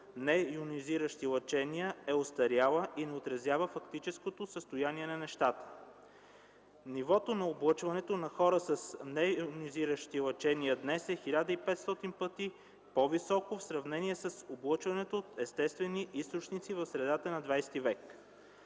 нейонизиращи лъчения, е остаряла и не отразява фактическото състояние на нещата. Нивото на облъчването на хора с нейонизиращи лъчения днес е 1500 пъти по-високо в сравнение с облъчването от естествени източници в средата на ХХ век.